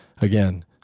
again